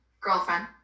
Girlfriend